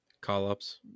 Call-ups